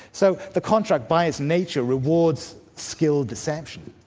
so the contract by its nature rewards skilled deception.